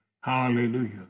Hallelujah